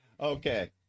Okay